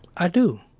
i do.